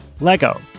Lego